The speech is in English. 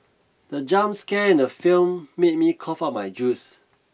the jump scare in the film made me cough out my juice